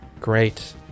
Great